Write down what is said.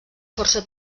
força